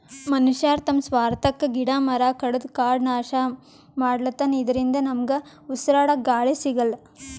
ಮನಶ್ಯಾರ್ ತಮ್ಮ್ ಸ್ವಾರ್ಥಕ್ಕಾ ಗಿಡ ಮರ ಕಡದು ಕಾಡ್ ನಾಶ್ ಮಾಡ್ಲತನ್ ಇದರಿಂದ ನಮ್ಗ್ ಉಸ್ರಾಡಕ್ಕ್ ಗಾಳಿ ಸಿಗಲ್ಲ್